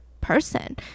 person